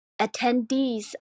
attendees